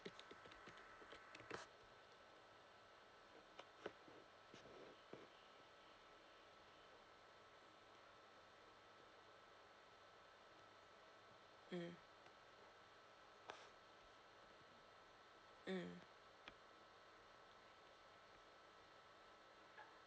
mm mm